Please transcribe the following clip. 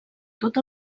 tot